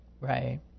right